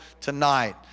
tonight